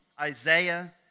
Isaiah